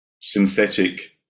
Synthetic